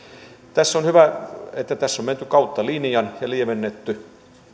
on hyvä että tässä on menty kautta linjan ja lievennetty